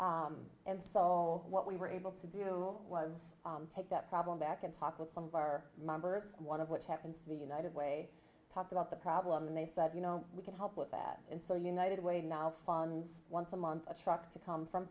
and so what we were able to do was take that problem back and talk with some of our members one of which happens to be a united way talked about the problem and they said you know we can help with that and so united way now funds once a month a truck to come from